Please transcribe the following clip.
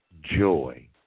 joy